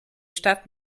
stadt